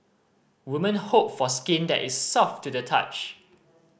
women hope for skin that is soft to the touch